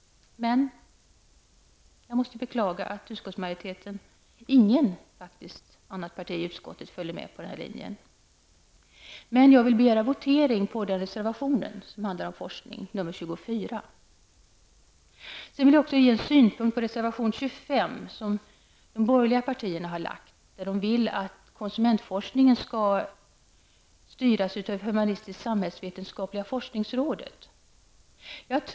Men jag måste beklaga att inte utskottsmajoriteten, faktiskt inget av partierna i utskottet, går på vår linje. Jag ämnar begära votering på den reservation som handlar om forskning, nämligen reservation 24. Sedan vill jag ge min syn på reservation 25, som de borgerliga partierna har avgivit, där de vill att konsumentforskningen skall styras av humanistisksamhällsvetenskapliga forskningsrådet.